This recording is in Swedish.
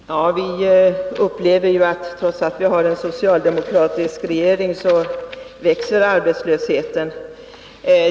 Herr talman! Vi upplever att arbetslösheten växer trots att vi har en socialdemokratisk regering.